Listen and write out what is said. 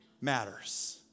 matters